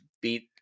beat